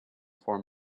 form